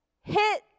hit